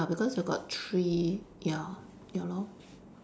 ya because got three ya ya lor